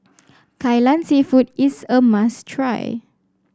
Kai Lan seafood is a must try